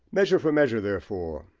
measure for measure, therefore,